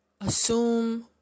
assume